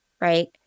right